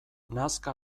nazka